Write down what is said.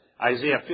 Isaiah